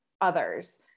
others